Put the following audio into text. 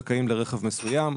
היו זכאים לרכב מסוים,